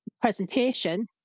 Presentation